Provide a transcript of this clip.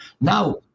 Now